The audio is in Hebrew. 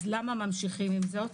אז למה ממשיכים עם זה?